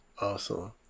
awesome